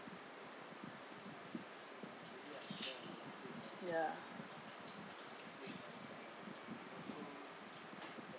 ya